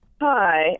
Hi